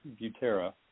Butera